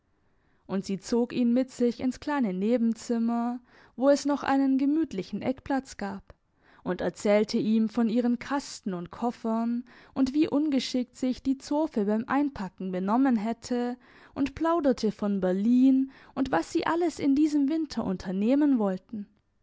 und sie zog ihn mit sich ins kleine nebenzimmer wo es noch einen gemütlichen eckplatz gab und erzählte ihm von ihren kasten und koffern und wie ungeschickt sich die zofe beim einpacken benommen hätte und plauderte von berlin und was sie alles in diesem winter unternehmen wollten